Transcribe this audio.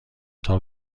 تاپ